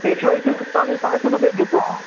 पेशवाईचे जास्त आम्ही सहाशे रुपये घेतो